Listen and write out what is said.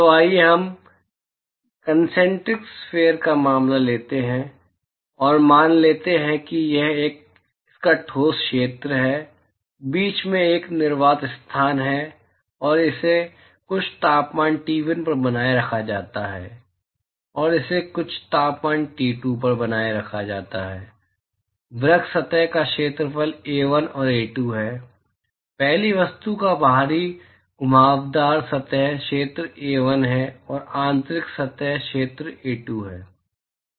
तो आइए हम कंसेंट्रिक स्फेयर का मामला लेते हैं और मान लेते हैं कि यह इसका ठोस क्षेत्र है और बीच में एक निर्वात स्थान है और इसे कुछ तापमान T1 पर बनाए रखा जाता है और इसे कुछ तापमान T2 और अंदर बनाए रखा जाता है वक्र सतह का क्षेत्रफल A1 और A2 है पहली वस्तु का बाहरी घुमावदार सतह क्षेत्र A1 है और आंतरिक सतह क्षेत्र A2 है